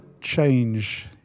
change